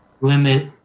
limit